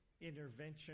intervention